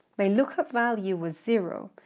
my lookup value was zero,